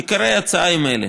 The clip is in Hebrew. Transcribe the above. עיקרי ההצעה הם אלה: